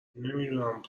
نمیدونم